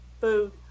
food